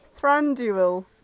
Thranduil